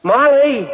Molly